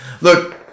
look